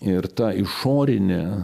ir ta išorinė